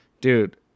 dude